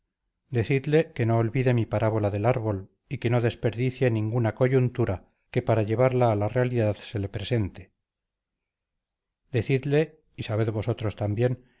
decidle que no olvide mi parábola del árbol y que no desperdicie ninguna coyuntura que para llevarla a la realidad se le presente decidle y sabed vosotros también